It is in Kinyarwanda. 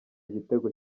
igitego